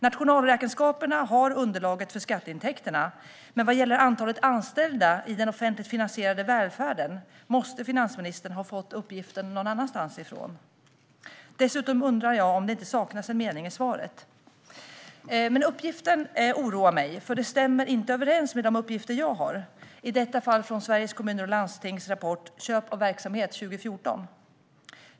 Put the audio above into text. Nationalräkenskaperna har underlaget för skatteintäkterna, men vad gäller antalet anställda i den offentligt finansierade välfärden måste finansministern ha fått uppgiften någon annanstans ifrån. Dessutom undrar jag om det inte saknas en mening i svaret. Uppgiften oroar mig, för den stämmer inte överens med de uppgifter jag har, i detta fall från Sveriges Kommuner och Landstings rapport Köp av verksamhet 2014 .